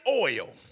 oil